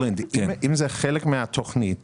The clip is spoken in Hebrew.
אם זה חלק מהתוכנית